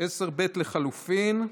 10 לחלופין ב'.